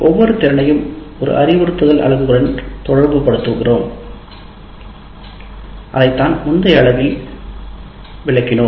ஒவ்வொரு திறனையும் ஒரு அறிவுறுத்தல் அலகுடன் தொடர்புபடுத்துகிறோம் அதைத்தான் முந்தைய பகுதியில் விளக்கினோம்